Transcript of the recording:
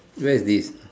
where is this